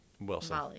Wilson